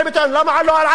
למה לא על ערבים?